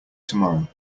tomorrow